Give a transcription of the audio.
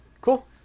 cool